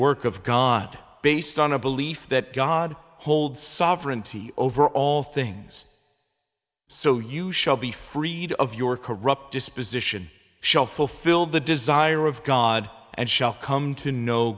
work of god based on a belief that god holds sovereignty over all things so you shall be freed of your corrupt disposition shall fulfill the desire of god and shall come to know